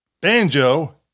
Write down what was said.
Banjo